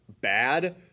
bad